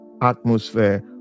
atmosphere